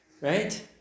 Right